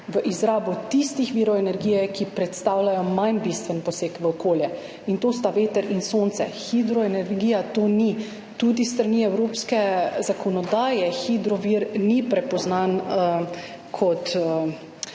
v izrabo tistih virov energije, ki predstavljajo manj bistven poseg v okolje, in to sta veter in sonce, hidroenergija to ni. Tudi s strani evropske zakonodaje hidrovir ni prepoznan kot